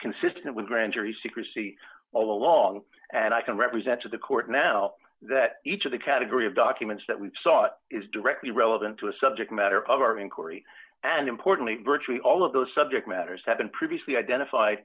consistent with grand jury secrecy all along and i can represent to the court now that each of the category of documents that we sought is directly relevant to a subject matter of our inquiry and importantly virtually all of those subject matters have been previously identified